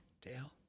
Dale